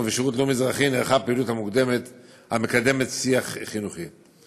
בשירות הלאומי-אזרחי נערכה פעילות המקדמת שיח חינוכי.